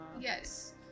Yes